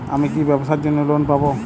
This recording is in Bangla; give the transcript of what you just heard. আমি কি ব্যবসার জন্য লোন পাব?